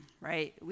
right